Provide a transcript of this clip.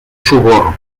sogorb